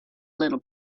little